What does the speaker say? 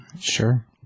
Sure